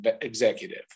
executive